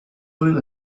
oil